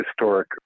historic